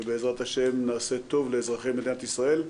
בעזרת השם, נעשה טוב לאזרחי מדינת ישראל.